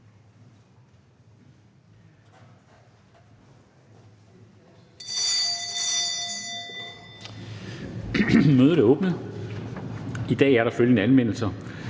Mødet er åbnet. I dag er der følgende anmeldelser: